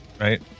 right